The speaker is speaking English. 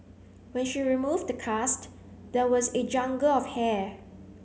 when she removed the cast there was a jungle of hair